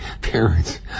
parents